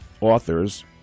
authors